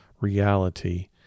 reality